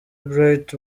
bright